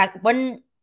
One